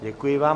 Děkuji vám.